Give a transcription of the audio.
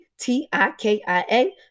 T-I-K-I-A